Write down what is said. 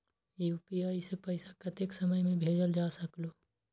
UPI से पैसा कतेक समय मे भेजल जा स्कूल?